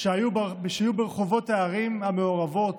שהיו ברחובות הערים המעורבות